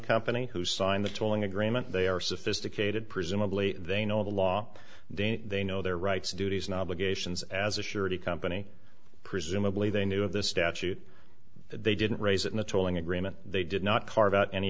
company who signed the tolling agreement they are sophisticated presumably they know the law they know their rights duties and obligations as a surety company presumably they knew of this statute they didn't raise it in the tolling agreement they did not carve out any